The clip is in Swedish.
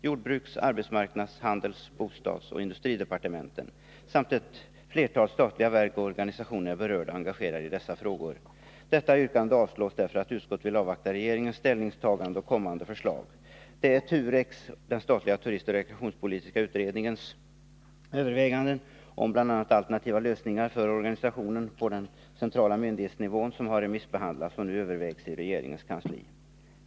Jordbruks-, arbetsmarknads-, handels-, bostadsoch industridepartementen samt ett flertal statliga verk och organisationer är berörda och engagerade i dessa frågor. Detta yrkande avstyrks därför att utskottet vill avvakta regeringens ställningstagande och kommande förslag. Det är TUREK:s — den statliga i turistoch rekreationspolitiska utredningens — överväganden om bl.a. alternativa lösningar för organisationen på den centrala myndighetsnivån som har remissbehandlats och nu övervägs i regeringens kansli.